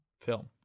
film